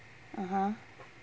(uh huh)